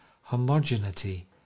homogeneity